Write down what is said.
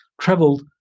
traveled